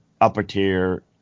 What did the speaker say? upper-tier